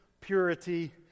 purity